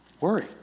worry